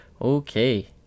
okay